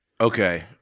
okay